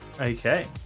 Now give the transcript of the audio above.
Okay